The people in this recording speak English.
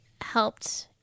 helped